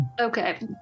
Okay